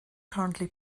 currently